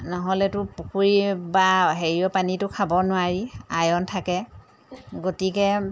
নহ'লেতো পুখুৰী বা হেৰিয়ৰ পানীটো খাব নোৱাৰি আয়ৰণ থাকে গতিকে